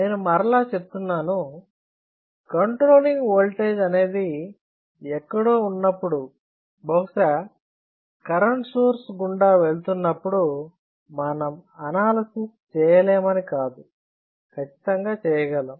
నేను మరలా చెబుతున్నాను కంట్రోలింగ్ ఓల్టేజ్ అనేది ఎక్కడో ఉన్నప్పుడు బహుశా కరెంట్ సోర్స్ గుండా వెళుతున్నప్పుడు మనం అనాలసిస్ చేయలేమని కాదు ఖచ్చితంగా చేయగలం